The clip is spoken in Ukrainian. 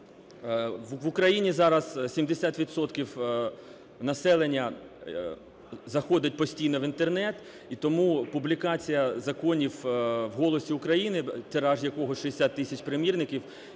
В Україні зараз 70 відсотків населення заходить постійно в Інтернет, і тому публікація законів в "Голосі України", тираж якого 60 тисяч примірників,